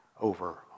over